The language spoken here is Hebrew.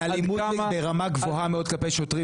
על אלימות ברמה גבוהה מאוד כלפי שוטרים.